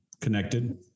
Connected